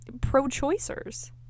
pro-choicers